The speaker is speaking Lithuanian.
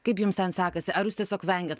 kaip jums ten sekasi ar jūs tiesiog vengiat